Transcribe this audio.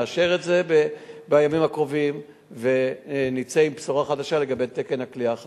נאשר את זה בימים הקרובים ונצא עם בשורה חדשה לגבי תקן הכליאה החדש.